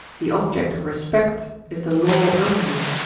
the object of respect is the law only,